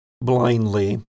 blindly